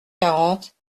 quarante